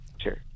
sure